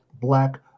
black